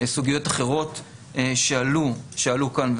סוגיות אחרות שעלו כאן.